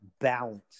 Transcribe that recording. balance